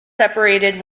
separated